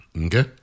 Okay